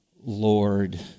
Lord